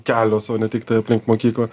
kelios o ne tiktai aplink mokyklą